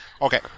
Okay